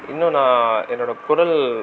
இன்னும் நான் என்னோடய குரல்